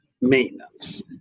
maintenance